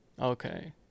Okay